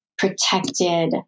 protected